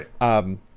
right